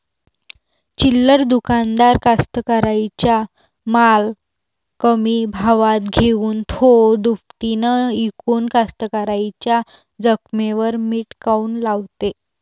चिल्लर दुकानदार कास्तकाराइच्या माल कमी भावात घेऊन थो दुपटीनं इकून कास्तकाराइच्या जखमेवर मीठ काऊन लावते?